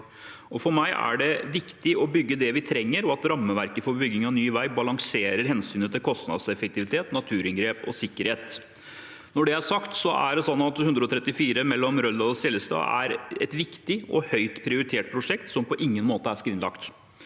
For meg er det viktig å bygge det vi trenger, og at rammeverket for bygging av ny vei balanserer hensynet til kostnadseffektivitet, naturinngrep og sikkerhet. Når det er sagt, er E134 mellom Røldal og Seljestad et viktig og høyt prioritert prosjekt som på ingen måte er skrinlagt.